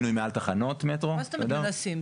מה זאת אומרת מנסים?